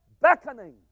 beckoning